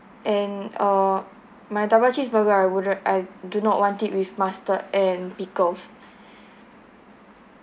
and uh my double cheese burger I wouldn't I do not want it with mustard and pickles